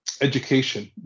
education